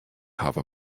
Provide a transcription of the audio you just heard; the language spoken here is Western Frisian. hawwe